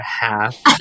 half